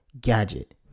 gadget